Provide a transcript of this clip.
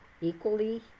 Equally